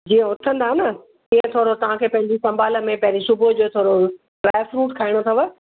जीअं उथंदा न तीअं थोरो तव्हांखे पंहिंजी संभाल में पहिरीं सुबुह जो थोरो ड्राईफ्रुट्स खाइणो अथव